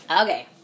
Okay